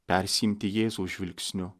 persiimti jėzaus žvilgsniu